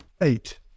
Eight